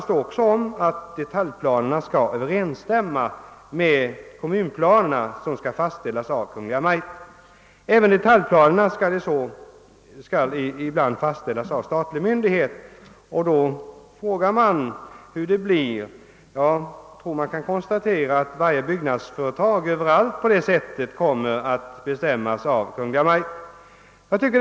Dessutom skall detaljplanerna överensstämma med kommunplanerna, som skall fastställas av Kungl. Maj:t. Även detaljplanerna skall ibland fastställas av statlig myndighet. — Man frågar sig hur det då skall bli! Jag vill bara konstatera att varje byggnadsföretag var det än förekommer härigenom kommer att bestämmas av Kungl. Maj:t.